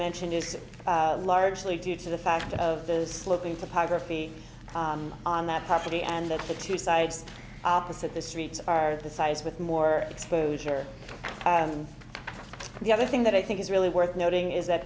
mentioned is largely due to the fact of the sloping topography on that property and that the two sides opposite the streets are the size with more exposure and the other thing that i think is really worth noting is that